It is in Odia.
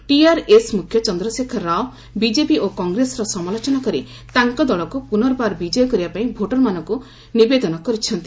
ଟିଆର୍ଏସ୍ ମୁଖ୍ୟ ଚନ୍ଦ୍ରଶେଖର ରାଓ ବିଜେପି ଓ କଂଗ୍ରେସର ସମାଲୋଚନା କରି ତାଙ୍କ ଦଳକୁ ପୁନର୍ବାର ବିଜୟୀ କରିବା ପାଇଁ ଭୋଟରମାନଙ୍କୁ ନିବେଦନ କରିଛନ୍ତି